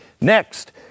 Next